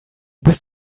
bist